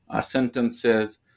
sentences